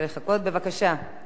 חבר הכנסת עפו אגבאריה,